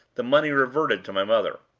the money reverted to my mother.